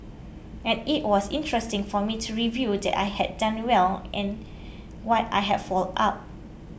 and it was interesting for me to review what I had done well and what I had fouled up